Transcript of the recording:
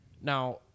Now